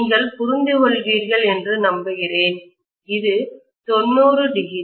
நீங்கள் புரிந்துகொள்வீர்கள் என்று நம்புகிறேன் இது 90°